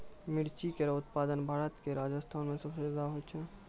मिर्ची केरो उत्पादन भारत क राजस्थान म सबसे जादा होय छै